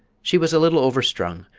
she was a little overstrung.